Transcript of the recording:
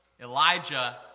Elijah